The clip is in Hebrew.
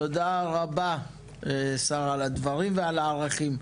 תודה רבה שרה על הדברים ועל הערכים.